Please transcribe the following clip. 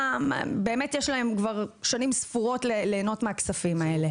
יש להם שנים ספורות להנות מהכספים האלה.